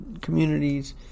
communities